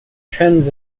trends